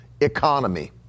economy